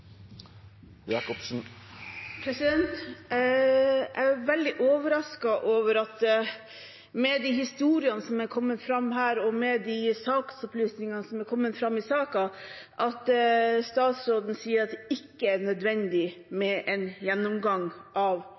veldig overrasket over at statsråden, med de historiene som har kommet fram her, og med de opplysningene som er kommet fram i saken, sier at det ikke er nødvendig med en gjennomgang av